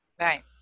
Right